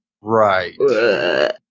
Right